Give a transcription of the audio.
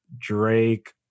Drake